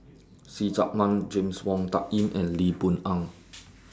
See Chak Mun James Wong Tuck Yim and Lee Boon Ngan